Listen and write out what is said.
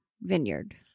vineyard